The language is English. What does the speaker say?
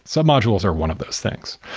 sub-modules are one of those things.